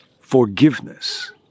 forgiveness